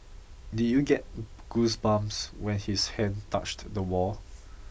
did you get goosebumps when his hand touched the wall